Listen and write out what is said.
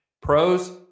pros